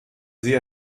sie